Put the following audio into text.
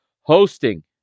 hosting